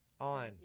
on